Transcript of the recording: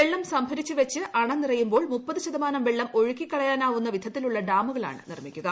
വെള്ളം സംഭരിച്ചു വെച്ച് അണ നിറയുമ്പോൾ മുപ്പത് ശതമാനം വെള്ളം ഒഴുക്കിക്കളയാനാവുന്ന വിധത്തിലുള്ള ഡാമുകളാണ് നിർമ്മിക്കുക